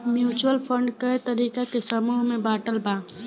mutual fund कए तरीका के समूह में बाटल बा